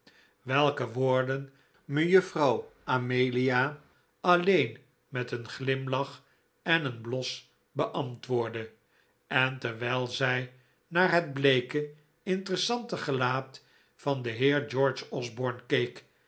welke woorden mejuffrouw amelia alleen met een glimlach en een bios beantwoordde en terwijl zij naar het bleeke interessante gelaat van den heer george osborne